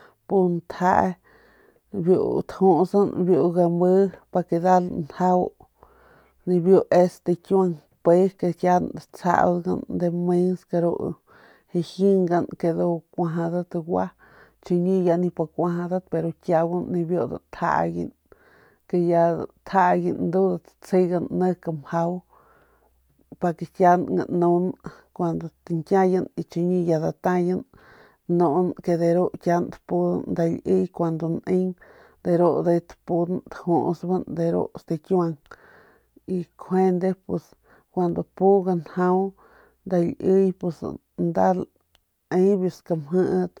Ke kuajadat gua chiñi ya nip kuajadat pero ni biu datjaygan ya datjaygan ndudat datsjegan nik mjau pa ke kiaun ganun kuandu tañkiayan y chiñi ke datayan tanun ke de ru kiaun tapudan nda liy kuandu neng de ru ndujuy tapun tajusban de ru stakiuang y kjuende pus y kun nda pu ganjau nda liy lae biu skamjit